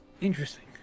Interesting